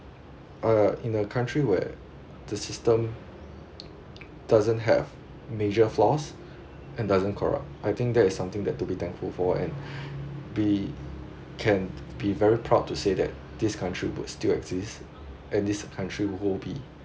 uh in a country where the system doesn't have major flaws and doesn't corrupt I think that is something that to be thankful for and be can be very proud to say that this country would still exist and this country will be